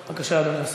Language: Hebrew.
בבקשה, אדוני השר.